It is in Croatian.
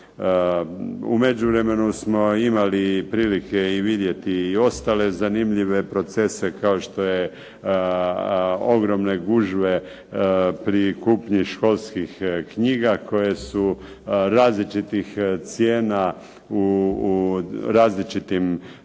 U međuvremenu smo imali prilike i vidjeti ostale zanimljive procese kao što je ogromne gužve pri kupnji školskih knjiga koje su različitih cijena u različitim gradovima